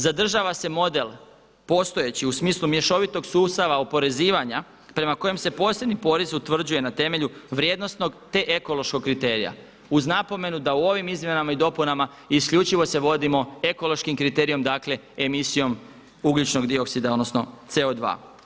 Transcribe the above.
Zadržava se model postojeći u smislu mješovitog sustava oporezivanja prema kojem se posebni porez utvrđuje na temelju vrijednosnog te ekološkog kriterija uz napomenu da u ovim izmjenama i dopunama isključivo se vodimo ekološkim kriterijem dakle emisijom ugljičnog dioksida, odnosno CO2.